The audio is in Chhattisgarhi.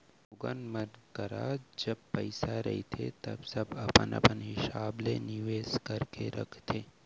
लोगन मन करा जब पइसा रहिथे तव सब अपन अपन हिसाब ले निवेस करके रखथे